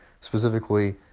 specifically